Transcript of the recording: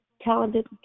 talented